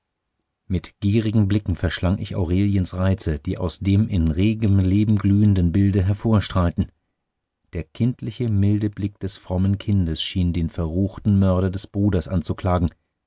mit gierigen blicken verschlang ich aureliens reize die aus dem in regem leben glühenden bilde hervorstrahlten der kindliche milde blick des frommen kindes schien den verruchten mörder des bruders anzuklagen